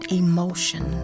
emotion